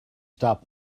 stop